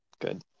Good